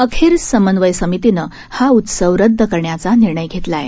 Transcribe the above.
अखेर समन्वय समितीने हा उत्सव रदद करण्याचा निर्णय घेतला आहे